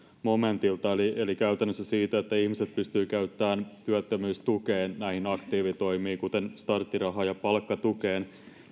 momentilta eli käytännöstä siitä että ihmiset pystyvät käyttämään työttömyystukea näihin aktiivitoimiin kuten starttiraha ja palkkatukeen